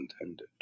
intended